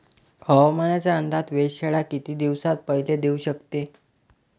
हवामानाचा अंदाज वेधशाळा किती दिवसा पयले देऊ शकते?